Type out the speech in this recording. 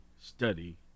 study